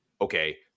okay